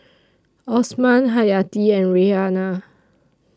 Osman Hayati and Raihana